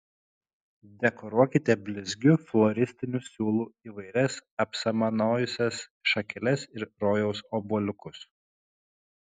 dekoruokite blizgiu floristiniu siūlu įvairias apsamanojusias šakeles ir rojaus obuoliukus